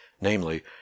namely